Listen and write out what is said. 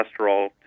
cholesterol